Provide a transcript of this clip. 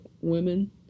women